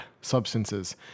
substances